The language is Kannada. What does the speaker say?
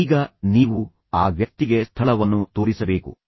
ಈಗ ನೀವು ಆ ವ್ಯಕ್ತಿಗೆ ಸ್ಥಳವನ್ನು ತೋರಿಸಬೇಕು